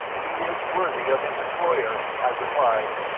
he is worthy of his employer, i replied.